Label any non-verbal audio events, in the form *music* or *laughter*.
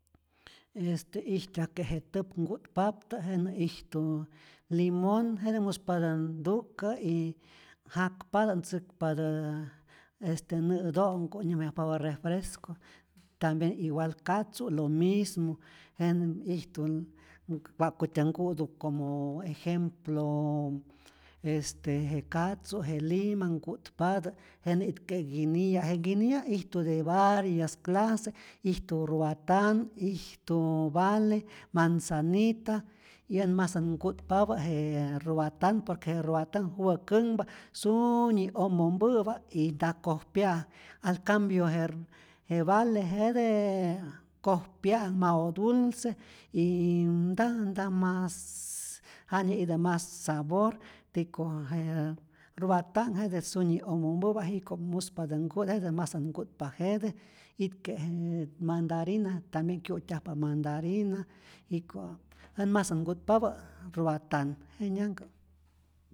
Este ijtyajke' je täp nku'tpaptä jenä ijtu limon, jete muspatä ntukä y jakpatä ntzäkpatä nä'to'nhku nyäjmayajpapä refresco, tambien igual katzu' lo mismo, jenä ijtu n wa'kutyä nku'tu como ejemplooo este je katzu, je lima nku'tpatä, jenä itke' nkiniya', je nkiniya ijtu de varias clases, ijtu ruatan, ijtu vale, manzanita, y ät masät nku'tpapä *hesitation* je ruatan, por que ruatan juwä känhpa sunyi omompä'pa, y nta koj pya'ak, al cambio je rr je vale jete koj pya'ak, mau dulce y nta nta mas ja nyä'itä mas sabor, tiko je ruatan jete sunyi omompä'pä jiko' muspatä nku'tä, jete't masät nku'tpa jete, itke je mandarina, tambien kyu'tyajpa mandarina, jiko at masä't nku'tpapä ruatanh, jenyanhkä'.